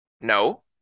No